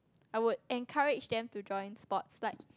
I would encourage them to join sports like